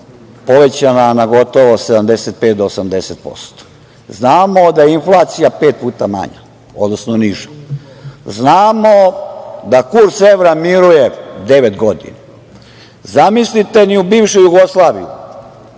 povećana na gotovo 75 do 80%. Znamo da je inflacija pet puta manja, odnosno niža. Znamo da kurs evra miruje devet godina. Zamislite, ni u bivšoj Jugoslaviji,